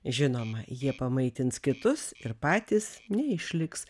žinoma jie pamaitins kitus ir patys neišliks